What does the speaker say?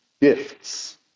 gifts